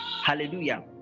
hallelujah